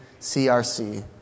CRC